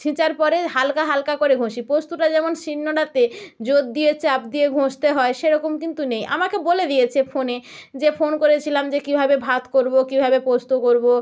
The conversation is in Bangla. ছেঁচার পরে হালকা হালকা করে ঘষে পোস্তটা যেমন শিল নোড়াতে জোর দিয়ে চাপ দিয়ে ঘষতে হয় সেরকম কিন্তু নেই আমাকে বলে দিয়েছে ফোনে যে ফোন করেছিলাম যে কীভাবে ভাত করব কীভাবে পোস্ত করব